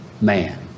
man